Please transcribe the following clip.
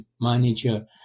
manager